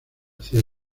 hacia